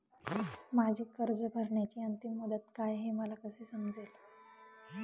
माझी कर्ज भरण्याची अंतिम मुदत काय, हे मला कसे समजेल?